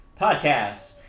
Podcast